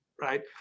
right